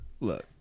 look